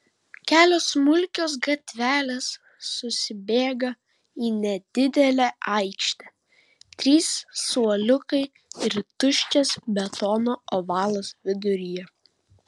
kelios smulkios gatvelės susibėga į nedidelę aikštę trys suoliukai ir tuščias betono ovalas vidury